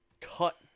cut